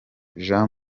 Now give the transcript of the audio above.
jean